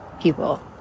people